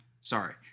sorry